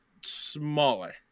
smaller